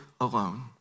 alone